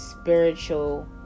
spiritual